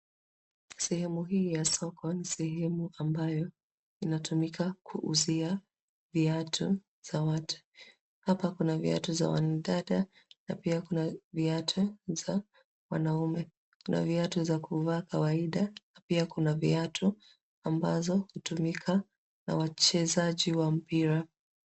Sehemu hii ya soko ni sehemu ambayo inatumika kuuzia viatu za watu. Hapa kuna viatu za wanadada na pia kuna viatu za wanaume kunaviatu za kuvaa kawaida na pia kunaviatu ambazo humika na wachezaji wa mpira.